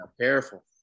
careful